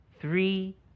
three